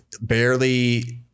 barely